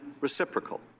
reciprocal